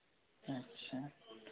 अच्छा